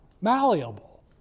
malleable